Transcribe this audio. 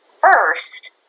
first